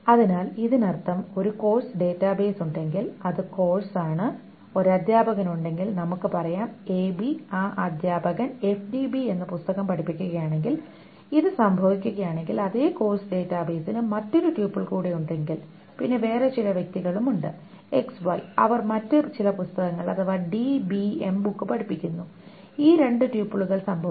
അതിനാൽ ഇതിനർത്ഥം ഒരു കോഴ്സ് ഡാറ്റാബേസ് ഉണ്ടെങ്കിൽ അത് കോഴ്സാണ് ഒരു അധ്യാപകനുണ്ടെങ്കിൽ നമുക്ക് പറയാം എബി ആ അധ്യാപകൻ എഫ്ഡിബി എന്ന പുസ്തകം പഠിപ്പിക്കുകയാണെങ്കിൽ ഇത് സംഭവിക്കുകയാണെങ്കിൽ അതേ കോഴ്സ് ഡാറ്റാബേസിനു മറ്റൊരു ട്യൂപ്പിൾ കൂടെ ഉണ്ടെങ്കിൽ പിന്നെ വേറെ ചില വ്യക്തികളുമുണ്ട് XY അവർ മറ്റ് ചില പുസ്തകങ്ങൾ അഥവാ DBM ബുക്ക് പഠിപ്പിക്കുന്നു ഈ രണ്ട് ട്യൂപ്പിളുകൾ സംഭവിച്ചാൽ